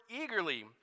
eagerly